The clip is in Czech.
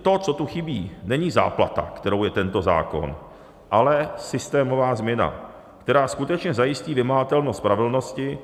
To, co tu chybí, není záplata, kterou je tento zákon, ale systémová změna, která skutečně zajistí vymahatelnost spravedlnosti.